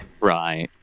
Right